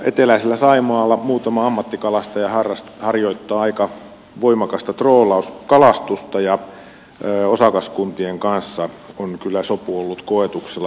eteläisellä saimalla muutama ammattikalastaja harjoittaa aika voimakasta troolauskalastusta ja osakaskuntien kanssa on kyllä sopu ollut koetuksella pitkän aikaa